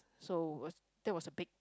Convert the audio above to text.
so was that was a big